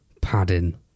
padding